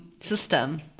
system